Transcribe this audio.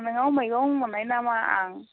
नोंनाव मैगं मोन्नाय नामा आं